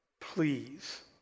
Please